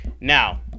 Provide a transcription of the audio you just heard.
Now